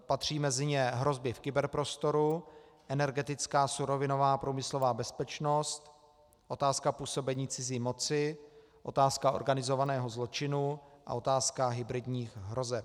Patří mezi ně hrozby v kyberprostoru, energetická, surovinová a průmyslová bezpečnost, otázka působení cizí moci, otázka organizovaného zločinu a otázka hybridních hrozeb.